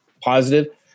positive